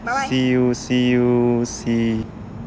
see you see you see